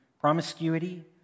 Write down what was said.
promiscuity